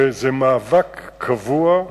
וזה מאבק קבוע,